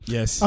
Yes